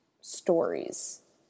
stories